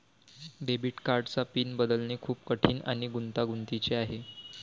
debit कार्डचा PIN बदलणे खूप कठीण आणि गुंतागुंतीचे आहे